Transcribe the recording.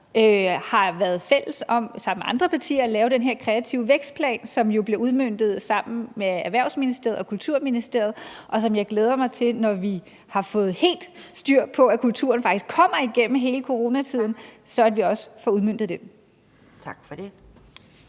har været fælles om at lave den her kreative vækstplan, som jo blev udmøntet sammen med Erhvervsministeriet og Kulturministeriet, og som jeg glæder mig til vi får helt styr på, sådan at kulturen faktisk kommer igennem hele coronatiden; så vi også får udmøntet den. Kl.